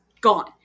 gone